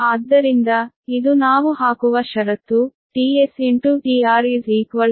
ಆದ್ದರಿಂದ ಇದು ನಾವು ಹಾಕುವ ಷರತ್ತು tStR1